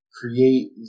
create